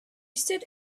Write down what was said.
stood